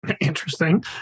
Interesting